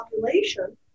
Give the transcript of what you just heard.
population